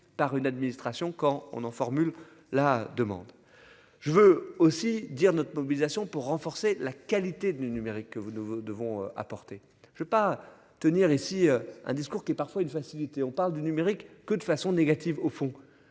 par une administration quand on en formule la demande. Je veux aussi dire notre mobilisation pour renforcer la qualité du numérique que vous nous devons apporter je pas tenir ici. Un discours qui est parfois une facilité, on parle du numérique que de façon négative, au fond,